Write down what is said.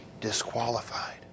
disqualified